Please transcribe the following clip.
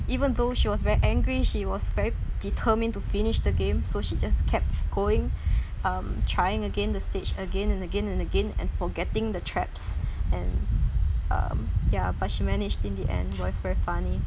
even though she was very angry she was very determined to finish the game so she just kept going um trying again the stage again and again and again and forgetting the traps and um ya but she managed in the end it was very funny